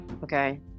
Okay